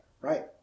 right